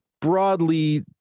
broadly